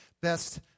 best